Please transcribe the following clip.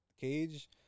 cage